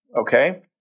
Okay